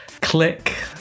click